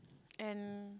and